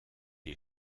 est